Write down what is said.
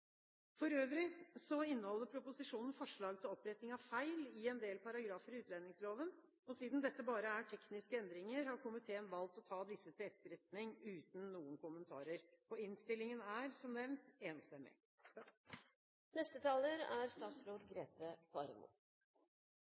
For øvrig inneholder proposisjonen forslag til oppretting av feil i en del paragrafer i utlendingsloven. Siden dette bare er tekniske endringer, har komiteen valgt å ta disse til etterretning, uten noen kommentarer. Innstillingen er, som nevnt, enstemmig. Jeg er